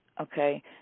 okay